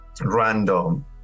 random